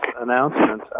announcement